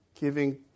giving